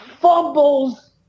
fumbles